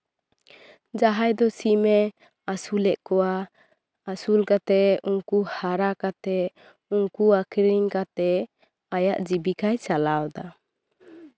ᱡᱟᱦᱟᱸᱭ ᱫᱚ ᱥᱤᱢᱮ ᱟᱥᱩᱞᱮᱜ ᱠᱚᱣᱟ ᱟᱥᱩᱞ ᱠᱟᱛᱮᱜ ᱩᱱᱠᱩ ᱦᱟᱨᱟ ᱠᱟᱛᱮᱜ ᱩᱱᱠᱩ ᱟᱠᱷᱨᱤᱧ ᱠᱟᱛᱮᱜ ᱟᱭᱟᱜ ᱡᱤᱵᱤᱠᱟᱭ ᱪᱟᱞᱟᱣ ᱫᱟ